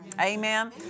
Amen